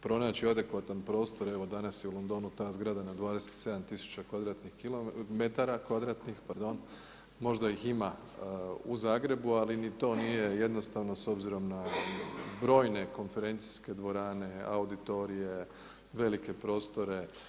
Pronaći adekvatan prostor, evo danas je u Londonu ta zgrada na 27 tisuća kvadratnih metara, možda ih ima u Zagrebu ali ni to nije jednostavno s obzirom na brojne konferencijske dvorane, auditorije, velike prostore.